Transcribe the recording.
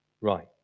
right